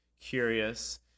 curious